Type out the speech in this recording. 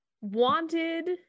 wanted